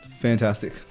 Fantastic